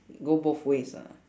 go both ways ah